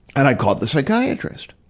and i called the psychiatrist.